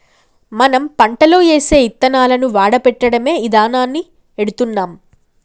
మనం పంటలో ఏసే యిత్తనాలను వాడపెట్టడమే ఇదానాన్ని ఎడుతున్నాం